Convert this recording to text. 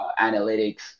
analytics